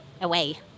away